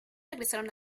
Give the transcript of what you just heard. regresaron